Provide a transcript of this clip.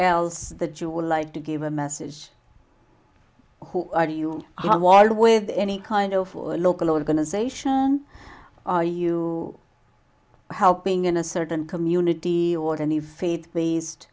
else that you would like to give a message who are you while with any kind of local organization are you helping in a certain community or any faith based